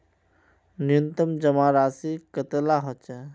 न्यूनतम जमा राशि कतेला होचे?